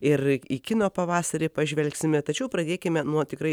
ir į kino pavasarį pažvelgsime tačiau pradėkime nuo tikrai